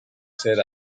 ser